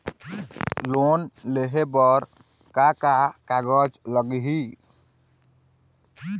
Loan लेहे बर का का कागज लगही?